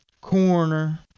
corner